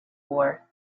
war